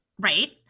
Right